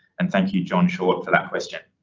and thank you, john short for that question.